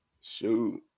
shoot